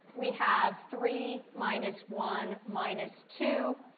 we have three minus one minus two,